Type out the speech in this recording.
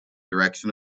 direction